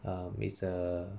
um is err